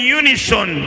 unison